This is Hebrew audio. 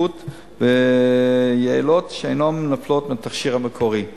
בטיחות ויעילות שאינן נופלות מהתכשיר המקורי.